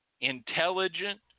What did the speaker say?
intelligent